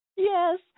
Yes